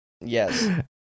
yes